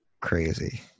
crazy